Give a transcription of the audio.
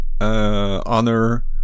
Honor